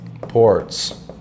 ports